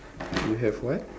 you have what